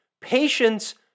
Patience